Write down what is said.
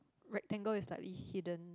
rectangle is slightly hidden